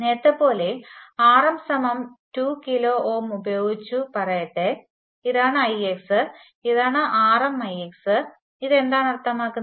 നേരത്തെ പോലെ Rm2 kΩ ഉപയോഗിച്ച് പറയട്ടെ ഇതാണ് Ix ഇതാണ് RmIx ഇത് എന്താണ് അർത്ഥമാക്കുന്നത്